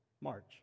march